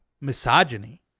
misogyny